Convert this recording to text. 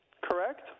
Correct